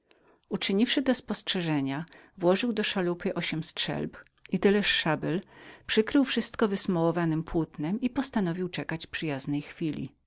uczyniwszy te spostrzeżenia włożył do szalupy ośm strzelb i tyleż szabel przykrył wszystko wysmołowanem płótnem i postanowił czekać przyjaznej chwili